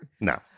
no